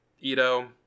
ito